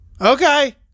Okay